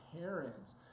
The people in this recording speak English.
parents